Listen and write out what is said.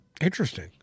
Interesting